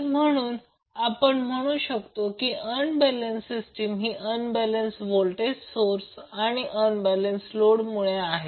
तर म्हणून आपण म्हणू शकतो की अनबॅलेन्स सिस्टीम ही अनबॅलेन्स व्होल्टेज सोर्स किंवा अनबॅलेन्स लोड मुळे आहे